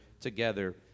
together